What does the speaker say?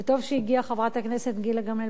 וטוב שהגיעה חברת הכנסת גילה גמליאל.